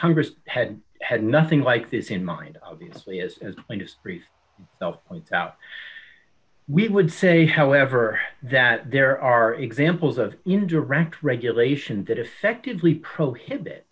congress had had nothing like this in mind obviously as as industries went out we would say however that there are examples of indirect regulation that effectively prohibit